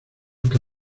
que